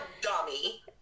dummy